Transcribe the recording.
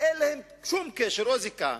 שאין להם שום קשר או זיקה,